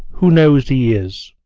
who knows he is?